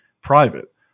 private